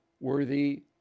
worthy